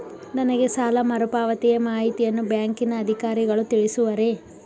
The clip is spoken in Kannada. ನನಗೆ ಸಾಲ ಮರುಪಾವತಿಯ ಮಾಹಿತಿಯನ್ನು ಬ್ಯಾಂಕಿನ ಅಧಿಕಾರಿಗಳು ತಿಳಿಸುವರೇ?